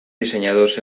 diseñados